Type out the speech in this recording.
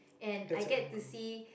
and I get to see